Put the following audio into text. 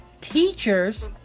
teachers